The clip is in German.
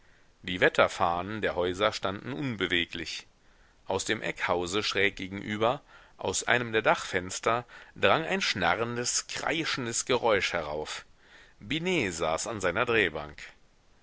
die wetterfahnen der häuser standen unbeweglich aus dem eckhause schräg gegenüber aus einem der dachfenster drang ein schnarrendes kreischendes geräusch herauf binet saß an seiner drehbank